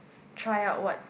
try out what